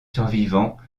survivants